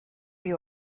you